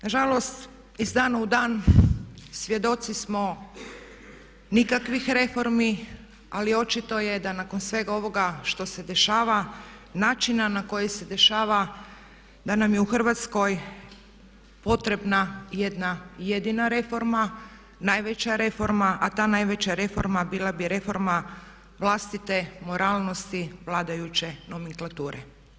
Nažalost, iz dana u dan svjedoci smo nikakvih reformi ali očito je da nakon svega ovoga što se dešava, načina na koji se dešava da nam je u Hrvatskoj potrebna jedna jedina reforma, najveća reforma, a ta najveća reforma bila bi reforma vlastite moralnosti vladajuće nomenklature.